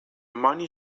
money